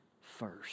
first